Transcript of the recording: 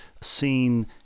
seen